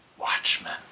watchmen